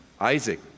Isaac